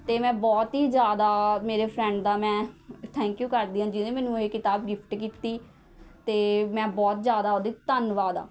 ਅਤੇ ਮੈਂ ਬਹੁਤ ਹੀ ਜ਼ਿਆਦਾ ਮੇਰੇ ਫਰੈਂਡ ਦਾ ਮੈਂ ਥੈਂਕ ਯੂ ਕਰਦੀ ਹਾਂ ਜਿਸਨੇ ਮੈਨੂੰ ਇਹ ਕਿਤਾਬ ਗਿਫ਼ਟ ਕੀਤੀ ਅਤੇ ਮੈਂ ਬਹੁਤ ਜ਼ਿਆਦਾ ਉਹਦੀ ਧੰਨਵਾਦ ਹਾਂ